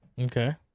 Okay